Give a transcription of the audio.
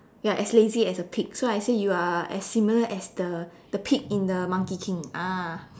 you are as lazy as a pig so I say you are as similar as the the pig in the monkey king ah